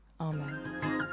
Amen